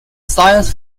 science